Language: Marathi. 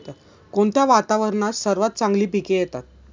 कोणत्या वातावरणात सर्वात चांगली पिके येतात?